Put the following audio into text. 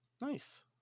Nice